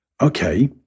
okay